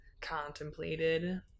contemplated